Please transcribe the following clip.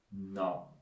no